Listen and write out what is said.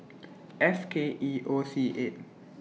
F K E O C eight